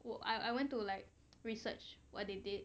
uh I I went to like research what they did